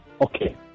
Okay